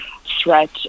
threat